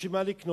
בשביל מה לקנות?